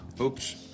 Oops